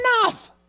enough